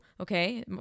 Okay